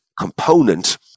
component